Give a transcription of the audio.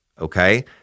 okay